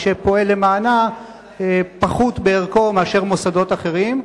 שפועל למענה פחותים בערכם מאשר מוסדות אחרים.